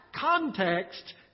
context